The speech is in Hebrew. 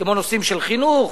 כמו נושאים של חינוך,